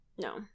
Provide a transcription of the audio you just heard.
No